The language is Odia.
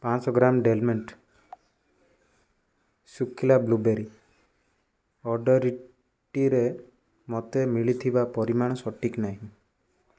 ପାଞ୍ଚଶହ ଗ୍ରାମ୍ ଡେଲମେଣ୍ଟ୍ ଶୁଖିଲା ବ୍ଲୁବେରୀ ଅର୍ଡ଼ର୍ଟିରେ ମୋତେ ମିଳିଥିବା ପରିମାଣ ସଠିକ୍ ନାହିଁ